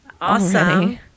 Awesome